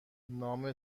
نام